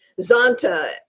Zonta